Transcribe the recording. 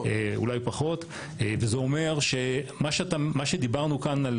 אולי פחות וזה אומר שמה שדיברנו כאן על